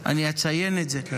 נכון, אני אציין את זה.